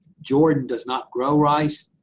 jordan does not grow rice.